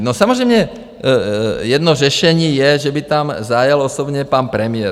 No samozřejmě jedno řešení je, že by tam zajel osobně pan premiér.